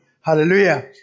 Hallelujah